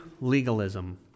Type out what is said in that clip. legalism